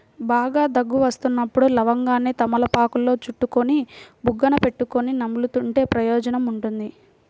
బాగా దగ్గు వస్తున్నప్పుడు లవంగాన్ని తమలపాకులో చుట్టుకొని బుగ్గన పెట్టుకొని నములుతుంటే ప్రయోజనం ఉంటుంది